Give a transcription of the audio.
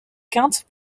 quinte